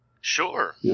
Sure